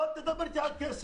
אל תדבר אתי על כסף.